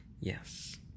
Yes